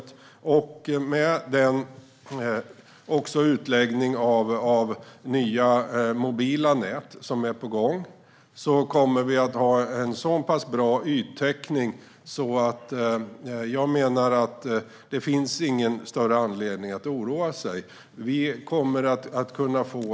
I och med detta, och med den utläggning av nya mobila nät som är på gång, kommer vi att ha en så pass bra yttäckning att det, enligt mig, inte finns någon större anledning att oroa sig.